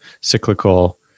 cyclical